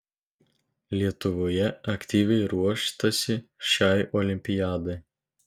lietuvoje aktyviai ruoštasi šiai olimpiadai